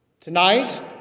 Tonight